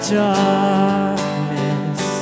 darkness